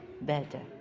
better